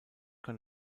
kann